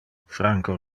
franco